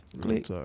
click